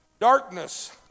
Darkness